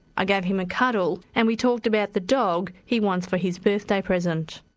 i gave him a cuddle and we talked about the dog he wants for his birthday present.